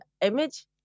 image